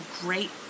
great